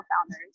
founders